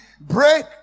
break